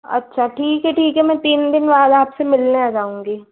अच्छा ठीक है ठीक है मैं तीन दिन बाद आपसे मिलने आ जाऊंगी